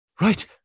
Right